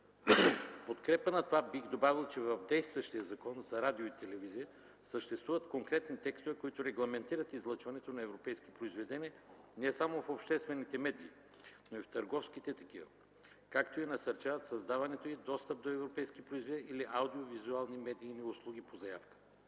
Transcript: подкрепа на това бих добавил, че в действащия Закон за радио и телевизия съществуват конкретни текстове, които регламентират излъчването на европейски произведения не само в обществените медии, но и в търговските такива, както насърчават създаването и достъпа до европейски произведения и аудиовизуални медийни услуги по заявка.